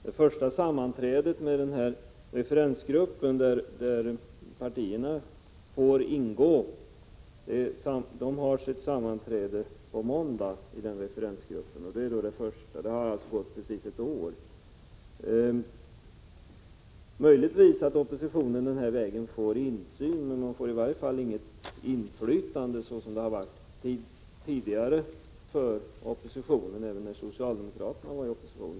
Det första sammanträdet med den referensgrupp där de olika partierna ingår äger rum på måndag. Det har då gått ett år sedan beslutet fattades. Det är möjligt att oppositionen kommer att få insyn på detta sätt, men den får i varje fall inget inflytande som den har haft tidigare, även när socialdemokraterna var i opposition.